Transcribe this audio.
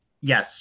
Yes